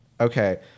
Okay